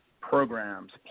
programs